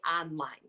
online